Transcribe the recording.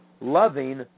Loving